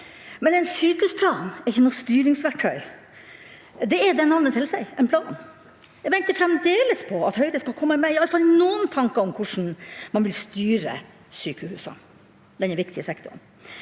Men en sykehusplan er ikke noe styringsverktøy. Det er det navnet tilsier, en plan. Jeg venter fremdeles på at Høyre skal komme med iallfall noen tanker om hvordan man vil styre sykehusene